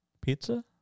pizza